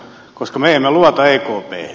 koska me emme luota ekphen